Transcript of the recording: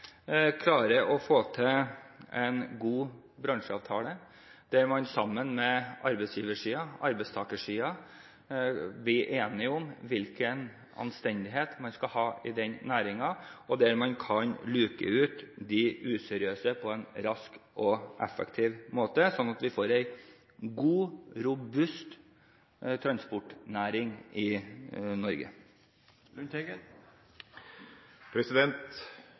å få til en god bransjeavtale, der arbeidsgiversiden og arbeidstakersiden sammen blir enige om hvilken anstendighet man skal ha i den næringen, og at man kan luke ut de useriøse på en rask og effektiv måte, slik at vi får en god og robust transportnæring i Norge.